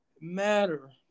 matter